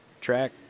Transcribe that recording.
track